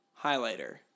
highlighter